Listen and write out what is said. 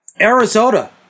arizona